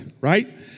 right